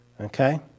okay